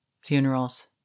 funerals